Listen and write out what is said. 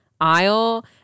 aisle